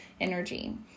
energy